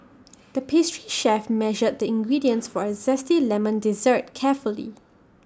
the pastry chef measured the ingredients for A Zesty Lemon Dessert carefully